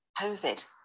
COVID